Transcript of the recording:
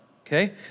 okay